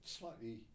slightly